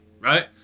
right